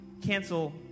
cancel